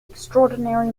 extraordinary